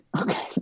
Okay